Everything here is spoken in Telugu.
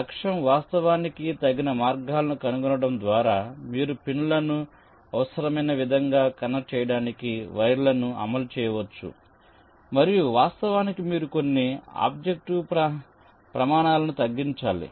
లక్ష్యం వాస్తవానికి తగిన మార్గాలను కనుగొనడం ద్వారా మీరు పిన్లను అవసరమైన విధంగా కనెక్ట్ చేయడానికి వైర్లను అమలు చేయవచ్చు మరియు వాస్తవానికి మీరు కొన్ని ఆబ్జెక్టివ్ ప్రమాణాలను తగ్గించాలి